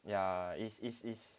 ya is is is